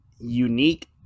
unique